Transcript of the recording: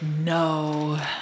No